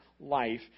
life